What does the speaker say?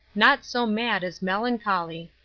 naught so mad as melancholy.